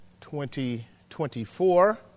2024